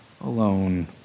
alone